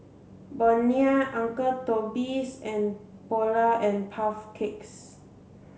Bonia Uncle Toby's and Polar and Puff Cakes